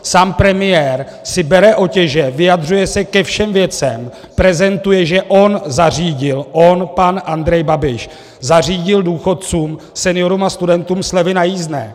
Sám premiér si bere otěže, vyjadřuje se ke všem věcem, prezentuje, že on zařídil, on pan Andrej Babiš zařídil důchodcům, seniorům a studentům slevy na jízdném.